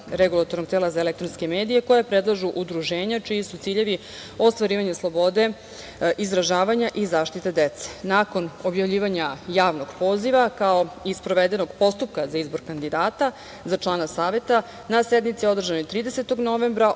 za izbor člana Saveta REM-a koje predlažu udruženja čiji su ciljevi ostvarivanje slobode izražavanja i zaštita dece. Nakon objavljivanja javnog poziva, kao i sprovedenog postupka za izbor kandidata za člana Saveta, na sednici održanoj 30. novembra